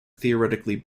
theoretically